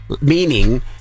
meaning